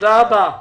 תודה רבה.